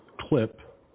clip